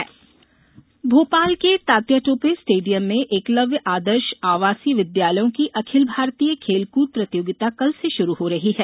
खेल प्रतियोगिता भोपाल के तात्या टोपे स्टेडियम में एकलव्य आदर्श आवासीय विद्यालयों की अखिल भारतीय खेलकूद प्रतियोगिता कल से शुरू हो रही है